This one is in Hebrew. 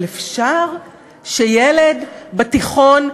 אבל אפשר שילד בתיכון,